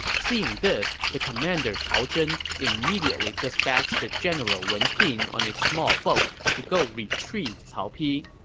seeing this, the commander cao zhen immediately dispatched the general wen pin on a small boat to go retrieve cao pi.